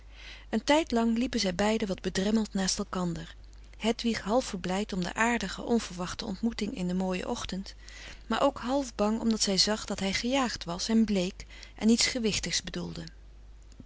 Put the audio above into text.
een tijd lang liepen zij beiden wat bedremmeld naast elkander hedwig half verblijd om de aardige onverwachte ontmoeting in den frederik van eeden van de koele meren des doods mooien ochtend maar ook half bang omdat zij zag dat hij gejaagd was en bleek en iets gewichtigs bedoelde